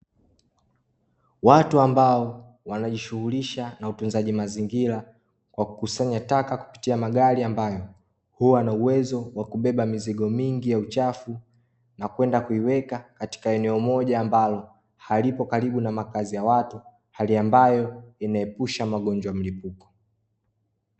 Watu ambao wanajishughulisha na utunzaji mazingira kwa kukusanya taka kupitia magari ambayo, huwa na uwezo wa kubeba mizigo mingi ya uchafu na kwenda kuiweka katika eneo moja ambalo, halipo karibu na makazi ya watu hali ambayo inaepusha magonjwa mlipuko.